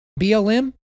BLM